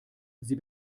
sie